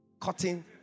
Cutting